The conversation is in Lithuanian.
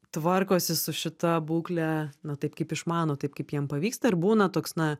tvarkosi su šita būkle na taip kaip išmano taip kaip jam pavyksta ir būna toks na